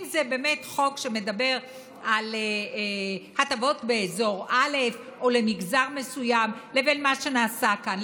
אם זה חוק שמדבר על הטבות באזור א' או למגזר מסוים לבין מה שנעשה כאן.